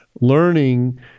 learning